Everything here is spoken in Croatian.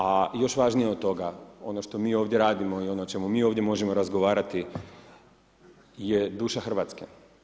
A još važnije od toga, ono što mi ovdje radimo i ono o čemu mi ovdje možemo razgovarati je duša RH.